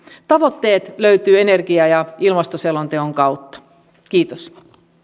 tavoitteet löytyvät energia ja ilmastoselonteosta kiitos